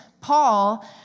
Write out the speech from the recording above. Paul